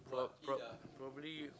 prob~ prob~ probably